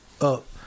up